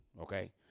okay